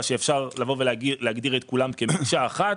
שאפשר לבוא ולהגדיר את כולם כמקשה אחת.